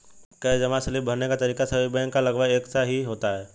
cash जमा slip भरने का तरीका सभी बैंक का लगभग एक सा ही होता है